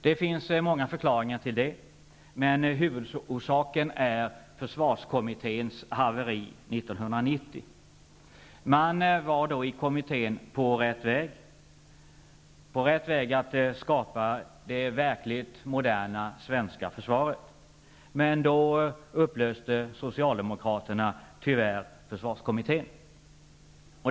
Det finns många förklaringar till det, men huvudorsaken är försvarskommitténs haveri 1990. Man var då i kommittén på rätt väg att skapa det verkligt moderna svenska försvaret, men Socialdemokraterna upplöste tyvärr försvarskommittén.